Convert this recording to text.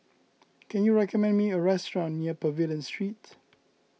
can you recommend me a restaurant near Pavilion Street